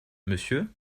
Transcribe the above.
monsieur